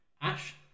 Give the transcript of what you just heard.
Ash